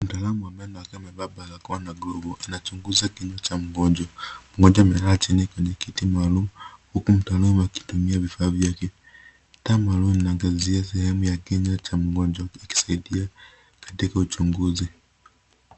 Mtaalamu ambaye amevaa barakoa na glovu ana chunguza kinywa cha mgonjwa ambaye amelala chini kwenye kiti maalum huku mtaalanu vifaa vinavyo angazia kinywa cha mgonjwa inacho saidia katika uchunguzi.